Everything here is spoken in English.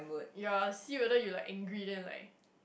ya see whether you like angry then like